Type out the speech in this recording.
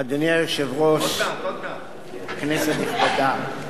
אדוני היושב-ראש, כנסת נכבדה,